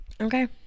Okay